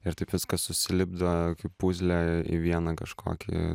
ir taip viskas susilipdo į pūzlę į vieną kažkokį